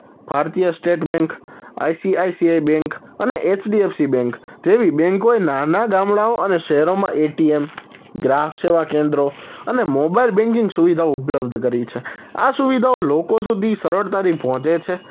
ભારતીય state bank ICICI bank અને HDFC bank જેવી બેન્કોએ નાના ગામડાઓ અને શહેરોમાં એટીએમ ગ્રાહક સેવા કેન્દ્રો અને મોબાઈલ બેન્કિંગ સુવિધાઓ ઉપલબ્ધ કરી છે આ સુવિધાઓ લોકો સુધી સરળતાથી પહોંચે છે